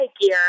gear